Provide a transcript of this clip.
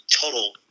total